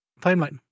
timeline